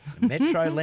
Metro